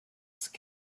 skin